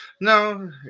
No